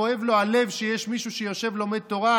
כואב לו הלב שיש מישהו שיושב ולומד תורה,